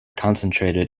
concentrated